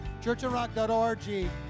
churchandrock.org